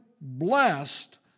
blessed